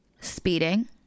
speeding